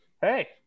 hey